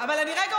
אבל עם כל הכבוד,